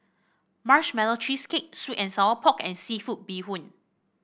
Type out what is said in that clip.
Marshmallow Cheesecake sweet and Sour Pork and seafood Bee Hoon